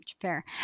Fair